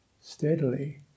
steadily